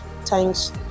thanks